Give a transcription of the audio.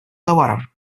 товаром